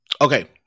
Okay